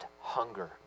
hunger